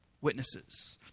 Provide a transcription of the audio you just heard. witnesses